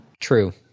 True